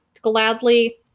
gladly